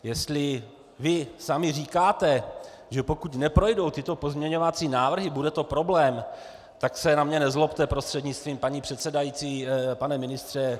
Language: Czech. Jestli vy sami říkáte, že pokud neprojdou tyto pozměňovací návrhy, bude to problém, tak se na mě nezlobte, prostřednictvím paní předsedající pane ministře.